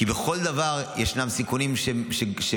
כי בכל דבר ישנם סיכונים שבסוף,